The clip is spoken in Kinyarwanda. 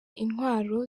intwaro